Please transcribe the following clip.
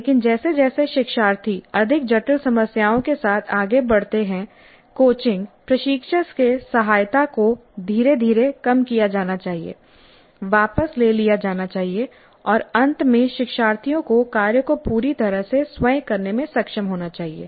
लेकिन जैसे जैसे शिक्षार्थी अधिक जटिल समस्याओं के साथ आगे बढ़ते हैं कोचिंग प्रशिक्षक से सहायता को धीरे धीरे कम किया जाना चाहिए वापस ले लिया जाना चाहिए और अंत में शिक्षार्थियों को कार्य को पूरी तरह से स्वयं करने में सक्षम होना चाहिए